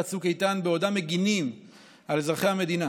צוק איתן בעודם מגינים על אזרחי המדינה